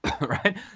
right